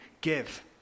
give